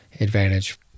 advantage